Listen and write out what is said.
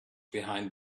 behind